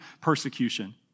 persecution